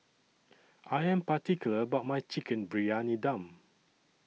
I Am particular about My Chicken Briyani Dum